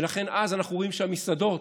ואז אנחנו רואים שהמסעדות,